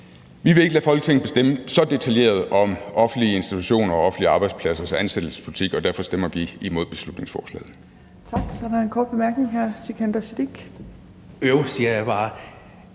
vi vil ikke lade Folketinget bestemme så detaljeret over offentlige institutioner og offentlige arbejdspladsers ansættelsespolitik, og derfor stemmer vi imod beslutningsforslaget.